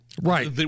Right